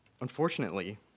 Unfortunately